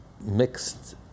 mixed